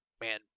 man